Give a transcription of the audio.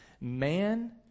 man